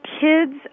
kids